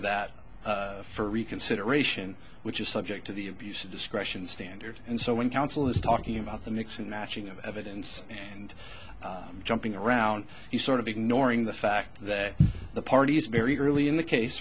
reconsideration which is subject to the abuse of discretion standard and so when counsel is talking about the mix and matching of evidence and jumping around you sort of ignoring the fact that the parties very early in the case